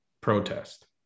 protest